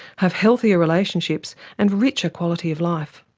have healthier relationships, and richer quality of life.